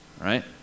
right